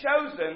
chosen